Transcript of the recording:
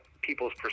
people's